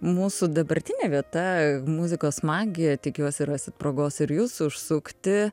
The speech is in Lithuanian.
mūsų dabartinė vieta muzikos magija tikiuosi rasit progos ir jūs užsukti